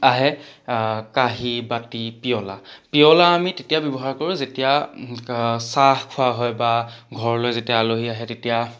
আহে কাঁহী বাতি পিয়লা পিয়লা আমি তেতিয়া ব্যৱহাৰ কৰো যেতিয়া চাহ খোৱা হয় বা ঘৰলৈ যেতিয়া আলহী আহে তেতিয়া